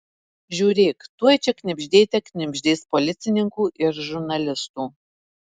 žiūrėk tuoj čia knibždėte knibždės policininkų ir žurnalistų